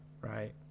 Right